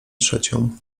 trzecią